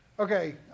Okay